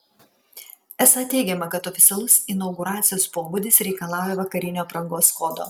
esą teigiama kad oficialus inauguracijos pobūdis reikalauja vakarinio aprangos kodo